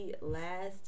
last